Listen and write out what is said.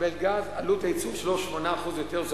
מקבל גז, עלות הייצור שלו נמוכה ב-8% משל